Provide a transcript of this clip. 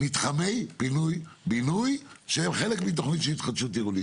מתחמי פינוי בינוי שהם חלק מתוכנית של התחדשות עירונית,